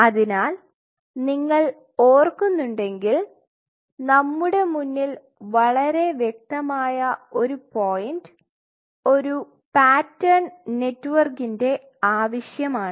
അതിനാൽ നിങ്ങൾ ഓർക്കുന്നുണ്ടെങ്കിൽ നമ്മുടെ മുന്നിൽ വളരെ വ്യക്തമായ ഒരു പോയിന്റ് ഒരു പാറ്റേൺ നെറ്റ്വർക്കിന്റെ ആവശ്യമാണ്